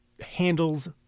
handles